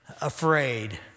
afraid